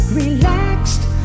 relaxed